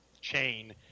chain